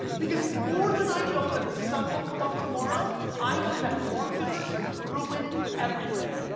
because more than i know that the sun will come up tomorrow, i know that marketers ruin everything!